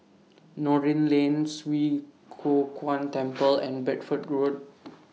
Noordin Lane Swee Kow Kuan Temple and Bedford Road